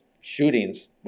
shootings